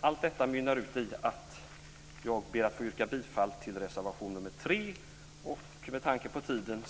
Allt detta mynnar ut i att jag ber att få yrka bifall till reservation nr 3. Med tanke på tiden